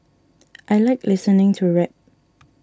I like listening to rap